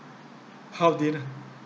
how did